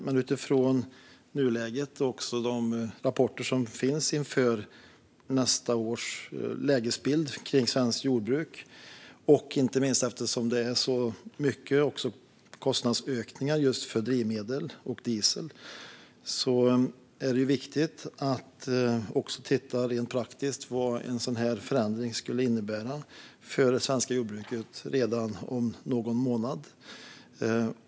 Men utifrån nuläget och de rapporter som finns om lägesbilden för svenskt jordbruk nästa år, inte minst på grund av stora kostnadsökningar för drivmedel och diesel, är det viktigt att titta på vad en sådan förändring skulle innebära i praktiken för det svenska jordbruket redan om någon månad.